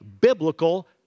biblical